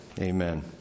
amen